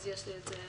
הוא נמצא בפניי.